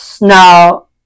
Now